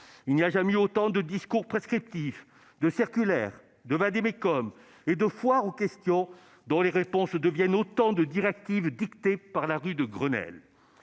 il n'y a jamais eu autant de discours prescriptifs, de circulaires, de vade-mecum et de foires aux questions, dont les réponses deviennent autant de directives dictées depuis la rue de Grenelle.